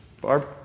Barb